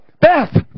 Beth